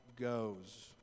goes